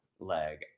leg